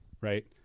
right